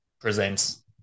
presents